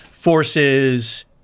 forces